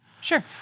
Sure